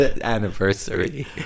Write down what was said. anniversary